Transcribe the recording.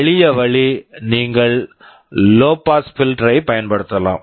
எளிய வழி நீங்கள் low pass filter low pass filter ஐப் பயன்படுத்தலாம்